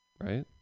Right